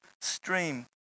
stream